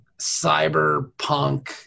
cyberpunk